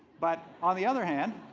but on the other hand